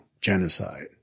genocide